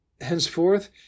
Henceforth